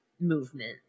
movement